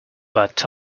but